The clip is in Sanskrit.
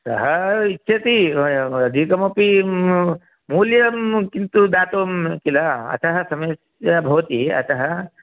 सः इच्छति अधिकमपि म् मूल्यं किन्तु दातुं किल अतः समस्या भवति अतः